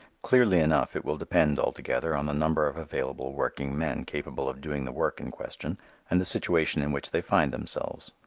clearly enough it will depend altogether on the number of available working men capable of doing the work in question and the situation in which they find themselves.